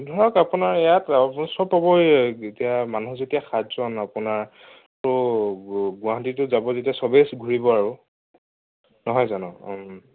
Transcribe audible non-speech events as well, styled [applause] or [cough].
ধৰক আপোনাৰ ইয়াত [unintelligible] চব পাব এই [unintelligible] মানুহ যেতিয়া সাতজন আপোনাৰটো [unintelligible] গুৱাহাটীটো যাব যেতিয়া চবেই ঘূৰিব আৰু নহয় জানো